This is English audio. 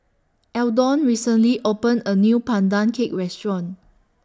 Eldon recently opened A New Pandan Cake Restaurant